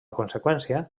conseqüència